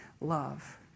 love